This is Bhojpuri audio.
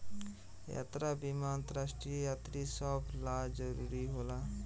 यात्रा बीमा अंतरराष्ट्रीय यात्री सभ ला जरुरी होला